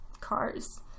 cars